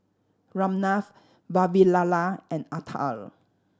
Ramnath Vavilala and Atal